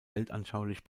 weltanschaulich